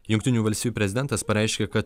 jungtinių valstijų prezidentas pareiškė kad